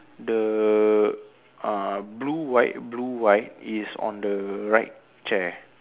the uh blue white blue white is on the right chair